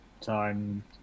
time